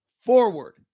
forward